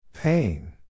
Pain